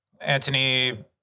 Antony